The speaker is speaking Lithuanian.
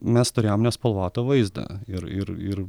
mes turėjom nespalvotą vaizdą ir ir ir